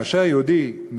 כאשר יהודי,